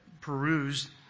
perused